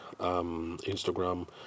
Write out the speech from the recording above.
Instagram